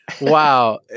wow